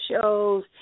shows